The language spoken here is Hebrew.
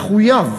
מחויב